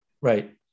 Right